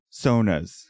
sonas